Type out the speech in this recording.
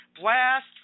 Blast